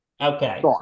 Okay